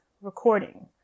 recording